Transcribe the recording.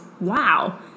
wow